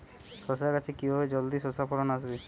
শশা গাছে কিভাবে জলদি শশা ফলন আসবে?